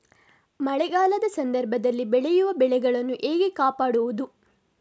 ಮಳೆಗಾಲದ ಸಂದರ್ಭದಲ್ಲಿ ಬೆಳೆಯುವ ಬೆಳೆಗಳನ್ನು ಹೇಗೆ ಕಾಪಾಡೋದು?